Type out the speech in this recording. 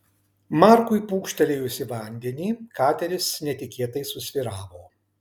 markui pūkštelėjus į vandenį kateris netikėtai susvyravo